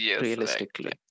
realistically